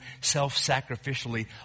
self-sacrificially